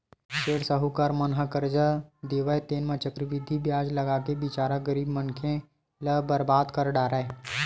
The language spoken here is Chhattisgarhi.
सेठ साहूकार मन ह करजा देवय तेन म चक्रबृद्धि बियाज लगाके बिचारा गरीब मनखे ल बरबाद कर डारय